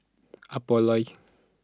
Apollo